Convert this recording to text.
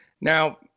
Now